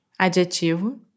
Adjetivo